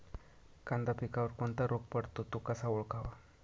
कांदा पिकावर कोणता रोग पडतो? तो कसा ओळखावा?